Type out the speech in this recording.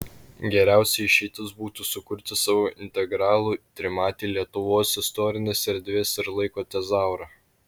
geriausia išeitis būtų sukurti savo integralų trimatį lietuvos istorinės erdvės ir laiko tezaurą